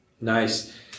Nice